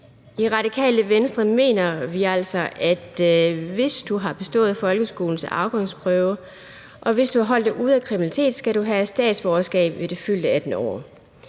I Radikale Venstre mener vi altså, at hvis du har bestået folkeskolens afgangsprøve, og hvis du har holdt dig ude af kriminalitet, skal du have statsborgerskab ved det fyldte 18. år.